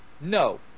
No